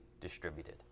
distributed